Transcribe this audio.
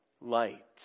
light